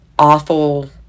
awful